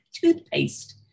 toothpaste